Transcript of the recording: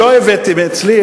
לא הבאתי מאצלי,